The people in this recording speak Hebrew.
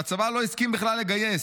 שהצבא לא הסכים בכלל לגייס,